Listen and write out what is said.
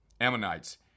Ammonites